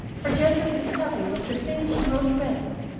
for just as discovery was the thing she most dreaded,